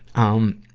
um,